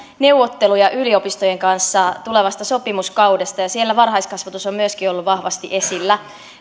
neuvotteluja yliopistojen kanssa tulevasta sopimuskaudesta ja siellä myöskin varhaiskasvatus on ollut vahvasti esillä